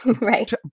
Right